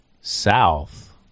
South